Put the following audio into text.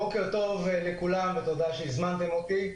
בוקר טוב לכולם ותודה שהזמנתם אותי.